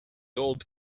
old